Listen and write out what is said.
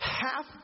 half